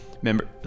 Remember